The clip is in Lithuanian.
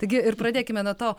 taigi ir pradėkime nuo to